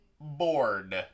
bored